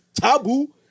taboo